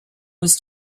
was